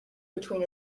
between